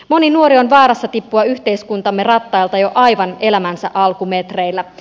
moni nuori on vaarassa tippua yhteiskuntamme rattailta jo aivan elämänsä alkumetreillä